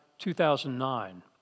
2009